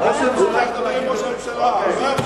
הוא צריך, אוקיי.